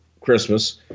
Christmas